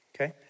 Okay